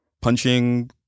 punching